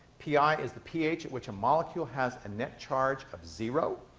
pi is the ph at which a molecule has a net charge of zero.